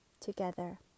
together